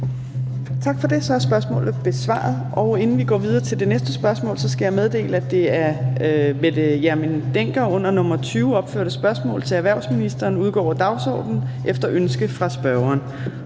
Tak for det. Så er spørgsmålet besvaret. Og inden vi går videre til det næste spørgsmål, skal jeg meddele, at det af Mette Hjermind Dencker under nr. 20 opførte spørgsmål til erhvervsministeren udgår af dagsordenen efter ønske fra spørgeren.